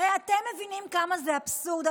הרי אתם מבינים כמה זה אבסורד.